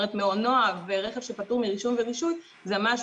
זאת אומרת מעונוע ורכב שפטור מרישום ורישוי זה משהו